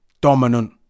dominant